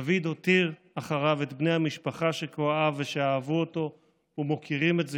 דוד הותיר אחריו את בני המשפחה שכה אהב ושאהבו אותו ומוקירים את זכרו,